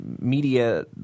media